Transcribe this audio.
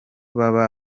baba